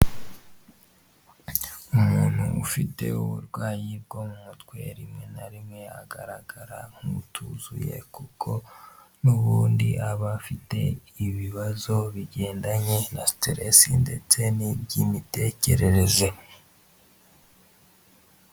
Umuntu ufite uburwayi bwo mu mutwe rimwe na rimwe agaragara nk'utuzuye kuko n'ubundi aba afite ibibazo bigendanye na siteresi ndetse n'iby'imitekerereze.